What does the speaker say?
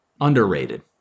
underrated